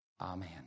Amen